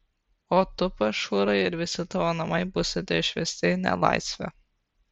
o tu pašhūrai ir visi tavo namai būsite išvesti į nelaisvę